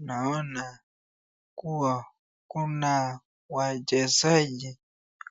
Naona kuwa kuna wachezaji